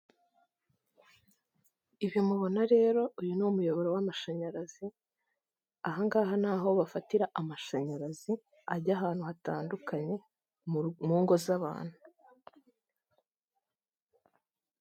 Ibi mubona rero uyu ni umuyoboro w'amashinyarazi, aha ngaha ni aho bafatira amashanyarazi ajya ahantu hatandukanye, mu rugo mu ngo z'abantu.